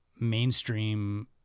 Mainstream